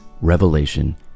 revelation